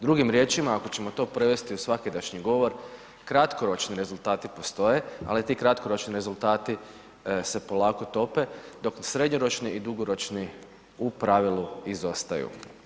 Drugim riječima ako ćemo to prevesti u svakidašnji govor kratkoročni rezultati postoje ali ti kratkoročni rezultati se polako tope, dok srednjoročni i dugoročni u pravilu izostaju.